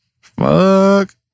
Fuck